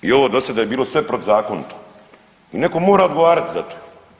I ovo dosada je bilo sve protuzakonito i netko mora odgovarati za to.